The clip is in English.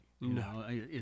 No